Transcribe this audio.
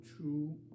true